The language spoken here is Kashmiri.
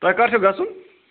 تۄہہِ کَر چھُو گژھُن